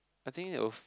I think it of